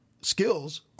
skills